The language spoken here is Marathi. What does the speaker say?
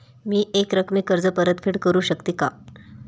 मी एकरकमी कर्ज परतफेड करू शकते का?